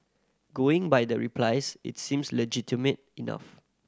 going by the replies its seems legitimate enough